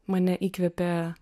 mane įkvepia